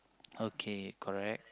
okay correct